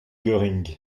göring